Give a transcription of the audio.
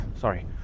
Sorry